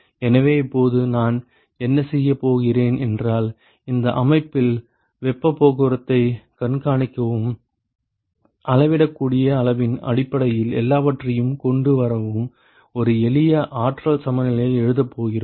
எனவே இப்போது நான் என்ன செய்யப் போகிறேன் என்றால் இந்த அமைப்பில் வெப்பப் போக்குவரத்தை கண்காணிக்கவும் அளவிடக்கூடிய அளவின் அடிப்படையில் எல்லாவற்றையும் கொண்டு வரவும் ஒரு எளிய ஆற்றல் சமநிலையை எழுதப் போகிறோம்